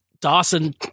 Dawson